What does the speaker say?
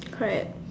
correct